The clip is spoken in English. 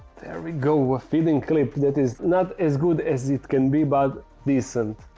there we go a fitting clip that is not as good as it can be bad decent